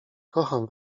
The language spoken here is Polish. kocham